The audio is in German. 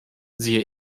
sehe